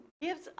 gives